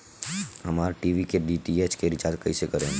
हमार टी.वी के डी.टी.एच के रीचार्ज कईसे करेम?